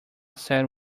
said